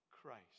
Christ